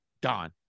gone